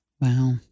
Wow